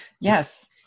Yes